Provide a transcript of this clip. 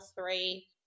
three